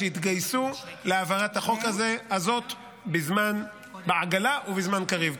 שהתגייסו להבאת החוק הזה בעגלא ובזמן קריב.